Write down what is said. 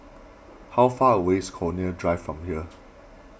how far away is Connaught Drive from here